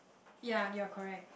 ya you're correct